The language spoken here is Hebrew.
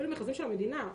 אפילו מכרזים של המדינה,